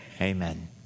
Amen